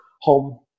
home